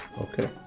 okay